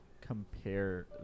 compare